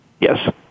Yes